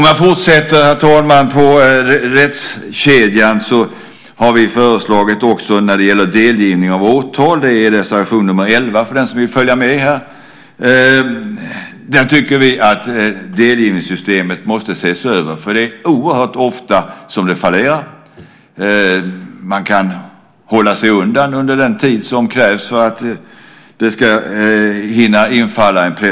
Jag fortsätter i rättskedjan, herr talman. När det gäller delgivning av åtal tycker vi - det är reservation nr 11 för den som vill följa med - att delgivningssystemet måste ses över. Det är oerhört ofta som det fallerar. Man kan hålla sig undan under den tid som krävs för att en preskription ska hinna infalla.